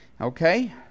Okay